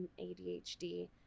ADHD